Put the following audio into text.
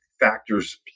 factors